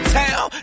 town